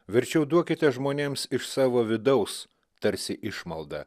verčiau duokite žmonėms iš savo vidaus tarsi išmaldą